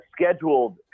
scheduled